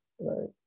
Right